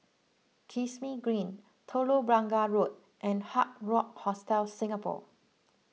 Kismis Green Telok Blangah Road and Hard Rock Hostel Singapore